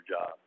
job